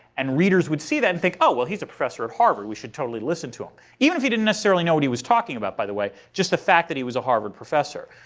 and readers would see that and think, oh, well he's a professor at harvard, we should totally listen to him, even if he didn't necessarily know what he was talking about, by the way, just the fact that he was a harvard professor.